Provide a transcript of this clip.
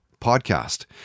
Podcast